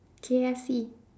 K_F_C